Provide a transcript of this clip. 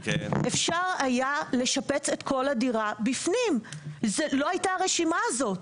אפשר היה לשפץ את כל הדירה בפנים ולא הייתה הרשימה הזאת.